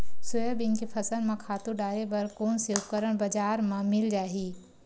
Soybean के फसल म खातु डाले बर कोन से उपकरण बजार म मिल जाहि?